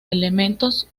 elementos